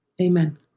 Amen